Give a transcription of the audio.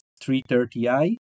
330i